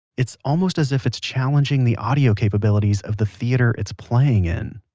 it's almost as if it's challenging the audio capabilities of the theater it's playing in